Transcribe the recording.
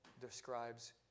describes